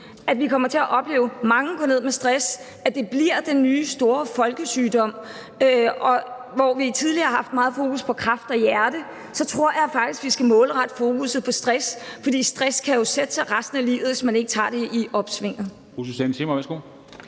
at vi kommer til at opleve mange gå ned med stress og det bliver den nye store folkesygdom. Hvor vi tidligere har haft meget fokus på kræft og hjerte, tror jeg faktisk, at vi skal målrette fokusset på stress, fordi stress jo kan sætte sig resten af livet, hvis man ikke tager det i opsvinget.